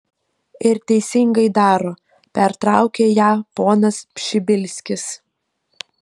ir teisingai daro pertraukė ją ponas pšibilskis